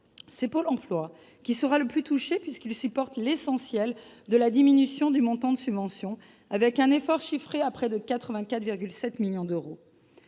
Pôle emploi sera la structure la plus touchée, puisqu'elle supporte l'essentiel de la diminution du montant des subventions, avec un effort chiffré à près de 84,7 millions d'euros